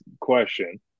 question